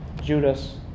Judas